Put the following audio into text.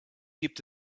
gibt